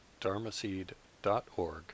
dharmaseed.org